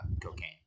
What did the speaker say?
cocaine